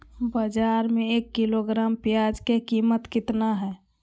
बाजार में एक किलोग्राम प्याज के कीमत कितना हाय?